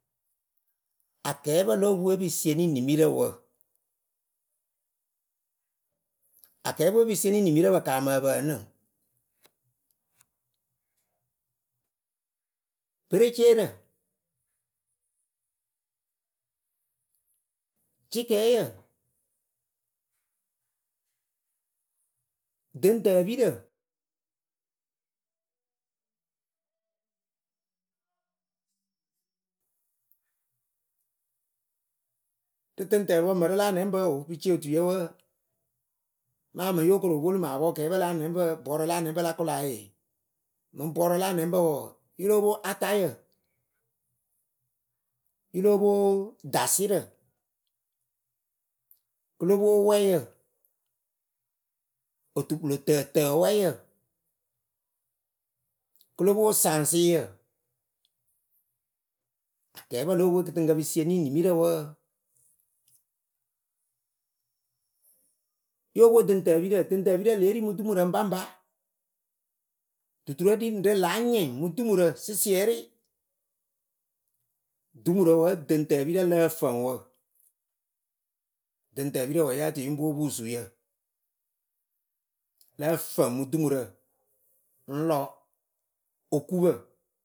Akɛɛpǝ lo opwe pɨ sieni nimirǝ wǝ. Akɛɛpɨ we pɨ sieni nimirǝ pɨ kaamɨ ǝpǝǝnɨ: bereceerǝ, cɩkɛɛyǝ, dɨŋtǝpirǝ, rɨ tɨŋtǝǝwǝ mǝrǝ la anɛŋbǝ oo pɨ ciotuyǝ wǝǝ amaa mɨŋ yokoro polu mɨŋ apɔkɛɛpǝ la anɛŋbǝ bɔɔrǝ la anɛŋbǝ la kʊla ee. mɨŋ bɔɔrǝ la anɛŋbǝ wɔɔ yj lóo pwo atayǝ, yɨ lóo pwo dasɩrǝ, kɨlo pwo wɛyǝ otukpɨlo tǝtǝwɛyǝ. Kɨlo pwo saŋsɩyǝ akɛɛpǝ lo opwe kɨtɨŋkǝ pɨ sieni nimirǝ wǝǝ. yo pwo dɨŋtǝpirǝ. Dɨŋtǝpirǝ lée ri mɨ dumurǝ baŋba. Duturǝ ɖi ɖɨ láa nyɩŋ mɨ dumurǝ sɩsɩɛrɩ. Dumurǝ wǝ dɨŋtǝpirǝ lǝ́ǝ fɨŋ wǝ dɨŋtǝpirǝ wǝ yǝ tɨ yɨŋ pwo pusuyǝ. lǝ fǝŋ mɨ dumurǝ ŋ lɔ okupǝ.